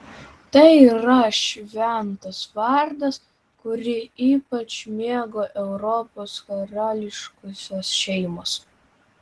tai yra šventas vardas kurį ypač mėgo europos karališkosios šeimos